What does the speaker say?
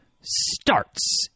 Starts